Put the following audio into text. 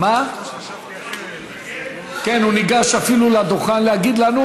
הוא ניגש אפילו לדוכן להגיד לנו,